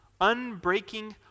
unbreaking